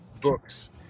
books